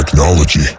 technology